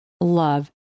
love